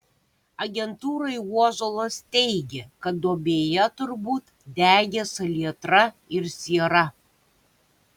agentūrai uozuolas teigė kad duobėje turbūt degė salietra ir siera